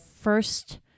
first